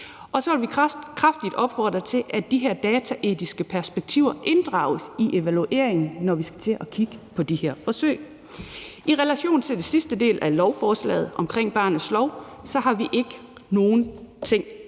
Så vil vi kraftigt opfordre til, at de her dataetiske perspektiver inddrages i evalueringen, når vi skal til at kigge på de her forsøg. I relation til den sidste del af lovforslaget, om barnets lov, har vi ikke nogen